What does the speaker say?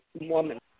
woman